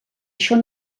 això